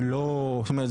זה לא מספיק.